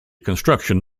construction